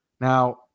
Now